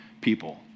people